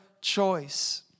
choice